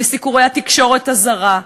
לסיקורי התקשורת הזרה,